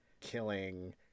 killing